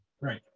right